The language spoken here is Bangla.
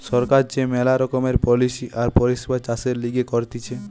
সরকার যে মেলা রকমের পলিসি আর পরিষেবা চাষের লিগে করতিছে